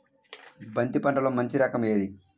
బంతి పంటలో మంచి రకం ఏది?